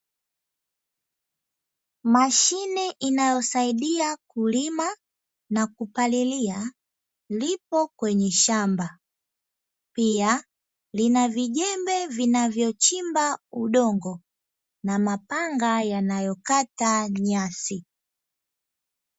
Mashine inayosaidia kulima na kupalilia, ipo kwenye shamba, pia lina vijembe vinavyochimba udongo na mapanga yanayokata nyasi.